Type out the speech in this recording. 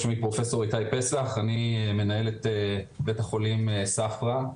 שמי פרופסור איתי פסח ואני מנהל בית החולים ספרא,